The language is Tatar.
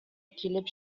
килеп